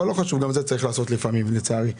אבל גם זה צריך לעשות לפעמים לצערי.